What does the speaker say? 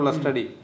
study